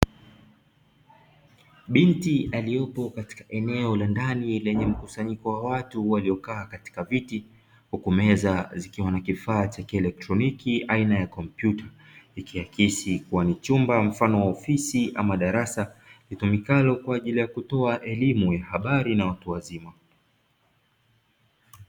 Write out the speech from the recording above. Binti aliyepo katika eneo la ndani lenye mkusanyiko wa watu waliokaa katika viti, huku meza zikiwa na kifaa cha kielektroniki aina ya kompyuta, ikiakisi kuwa ni chumba mfano wa ofisi ama darasa, litumikalo kwa ajili ya kutoa elimu ya habari na watu wazima.